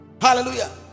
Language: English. Hallelujah